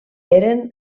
eren